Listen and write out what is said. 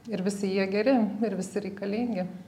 ir visi jie geri ir visi reikalingi